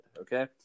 okay